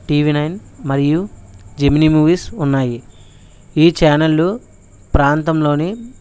TV nine మరియు Gemini Movies ఉన్నాయి ఈ ఛానళ్ళు ప్రాంతంలోని